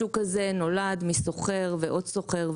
השוק הזה נולד מסוחר ועוד סוחר,